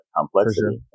complexity